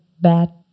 bad